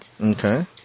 Okay